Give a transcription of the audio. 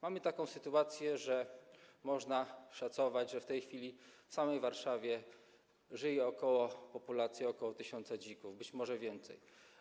Mamy taką sytuację, że można szacować, że w tej chwili w samej Warszawie żyje populacja ok. 1 tys. dzików, być może więcej.